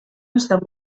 models